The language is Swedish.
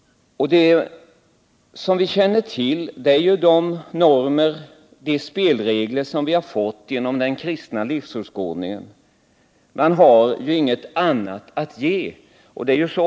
Det vi känner till är de spelregler som vi har fått genom den kristna livsåskådningen. Man har inget annat att ge.